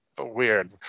weird